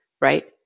right